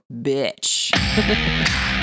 bitch